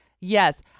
yes